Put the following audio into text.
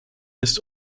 ist